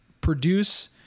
produce